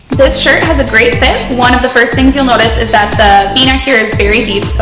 this shirt has a great fit. one of the first things you'll notice is that the v-neck here is very deep, so